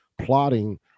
plotting